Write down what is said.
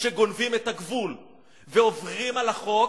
שגונבים את הגבול ועוברים על החוק,